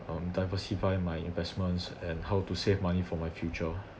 um diversify my investments and how to save money for my future